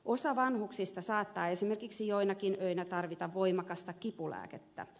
osa vanhuksista saattaa esimerkiksi joinakin öinä tarvita voimakasta kipulääkettä